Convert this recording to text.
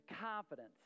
confidence